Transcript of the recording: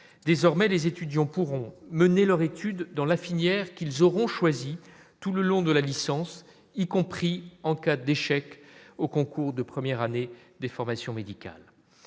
désormais, les étudiants pourront mener leur étude dans la filière qu'ils auront choisi tout le long de la licence, y compris en cas d'échec au concours de premières années des formations médicales,